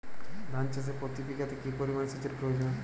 ধান চাষে প্রতি বিঘাতে কি পরিমান সেচের প্রয়োজন?